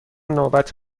نوبت